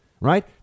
right